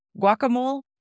guacamole